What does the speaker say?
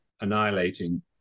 annihilating